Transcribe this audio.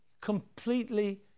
Completely